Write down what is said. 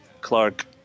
Clark